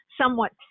somewhat